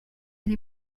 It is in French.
elle